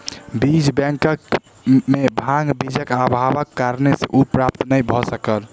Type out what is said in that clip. बीज बैंक में भांग बीजक अभावक कारणेँ ओ प्राप्त नै भअ सकल